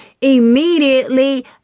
immediately